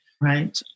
Right